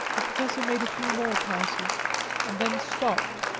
the professor made a few more passes and then stopped,